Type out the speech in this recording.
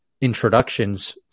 introductions